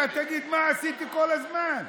אתה תגיד: מה עשיתי כל הזמן?